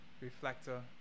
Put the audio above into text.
reflector